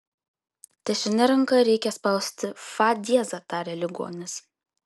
dešine ranka reikia spausti fa diezą tarė ligonis